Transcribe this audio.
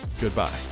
Goodbye